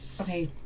Okay